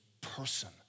person